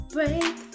Break